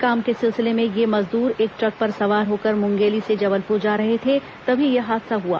काम के सिलसिले में ये मजदूर एक ट्रक पर सवार होकर मुंगेली से जबलप्र जा रहे थे तभी यह हादसा हुआ